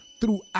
throughout